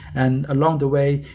and along the way,